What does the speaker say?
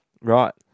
Right